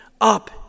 up